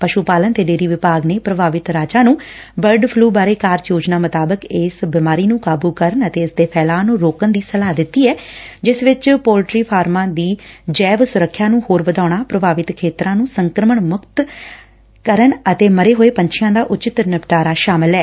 ਪਸ੍ਰ ਪਾਲਣ ਤੇ ਡੇਅਰੀ ਵਿਭਾਗ ਨੇ ਪ੍ਰਭਾਵਿਤ ਰਾਜਾਂ ਨੂੰ ਬਰਡ ਫਲੁ ਬਾਰੇ ਕਾਰਜ ਯੋਜਨਾ ਮੁਤਾਬਿਕ ਇਸ ਬਿਮਾਰੀ ਨੂੰ ਕਾਬੂ ਕਰਨ ਅਤੇ ਇਸਦੇ ਫੈਲਾਅ ਨੂੰ ਰੋਕਣ ਦੀ ਸਲਾਹ ਦਿੱਤੀ ਐ ਜਿਸ ਵਿਚ ਪੋਲਟਰੀ ਫਾਰਮਾ ਦੀ ਜਵੈ ਸੁਰੱਖਿਆ ਨੂੰ ਹੋਰ ਵਧਾਉਣਾ ਪੂਭਾਵਿਤ ਖੇਤਰਾ ਨੂੰ ਸੰਕਰਮਣ ਮੁਕਤ ਕਰਨ ਅਤੇ ਮਰੇ ਹੋਏ ਪੰਛੀਆਂ ਦਾ ਉਚਿਤ ਨਿਪਟਾਰਾ ਸ਼ਾਮਲ ਐ